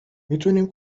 میتونیم